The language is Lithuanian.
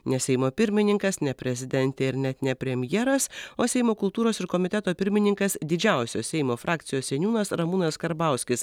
ne seimo pirmininkas ne prezidentė ir net ne premjeras o seimo kultūros ir komiteto pirmininkas didžiausios seimo frakcijos seniūnas ramūnas karbauskis